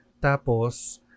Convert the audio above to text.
Tapos